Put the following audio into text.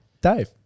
Dave